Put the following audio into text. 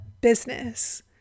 business